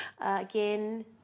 again